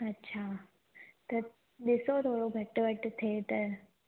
अच्छा त ॾिसो थोरो घटि वधि थिए त